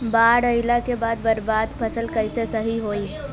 बाढ़ आइला के बाद बर्बाद फसल कैसे सही होयी?